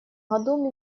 году